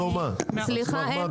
אני